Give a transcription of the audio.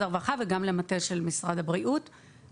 הרווחה וגם למטה של משרד הבריאות.